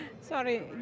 Sorry